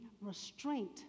restraint